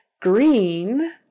Green